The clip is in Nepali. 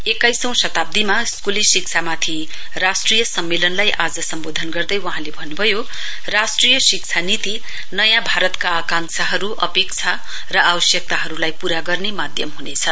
एक्काइसौं शताब्दीमा स्कूली शिक्षामाथि राष्ट्रिय सम्मेलनलाई आज सम्वोधन गर्दै वहाँले भन्नभयो राष्ट्रिय शिक्षा नीतिले नयाँ भारतको आकांक्षाहरु अपेक्षा र आवश्यकताहरुलाई पूरा गर्ने माध्यम हुनेछ